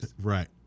Right